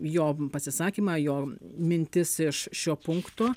jo pasisakymą jo mintis iš šio punkto